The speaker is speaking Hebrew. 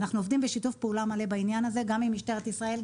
ואנחנו עובדים בשיתוף פעולה מלא בעניין הזה גם עם משטרת ישראל,